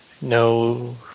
no